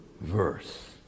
verse